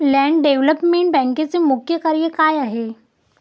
Land development बँकेचे मुख्य कार्य काय आहे?